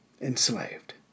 enslaved